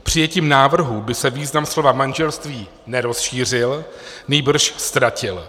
Přijetím návrhu by se význam slova manželství nerozšířil, nýbrž ztratil.